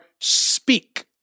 speak